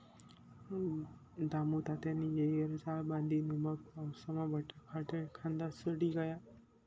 दामुतात्यानी येयवर चाळ बांधी नै मंग पाऊसमा बठा खांडेल कांदा सडी गया